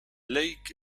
lake